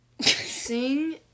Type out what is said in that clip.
Sing